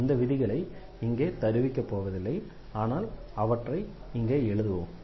அந்த விதிகளை இங்கே தருவிக்கப்போவதில்லை ஆனால் அவற்றை இங்கே எழுதுவோம்